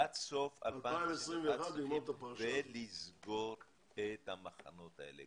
עד סוף 2021 ולסגור את המחנות האלה.